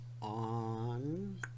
On